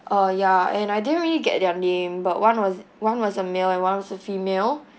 uh ya and I didn't really get their name but one was one was a male and one was a female